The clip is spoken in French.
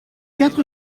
quatre